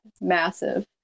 massive